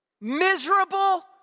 Miserable